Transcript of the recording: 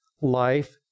life